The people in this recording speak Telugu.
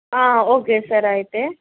ఓకే సార్ అయితే